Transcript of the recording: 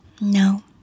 No